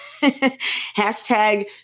Hashtag